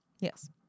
Yes